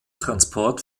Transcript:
transport